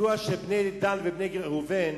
ידוע שבני דן ובני ראובן,